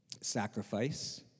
sacrifice